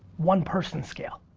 one person scale.